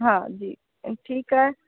हा जी ठीकु आहे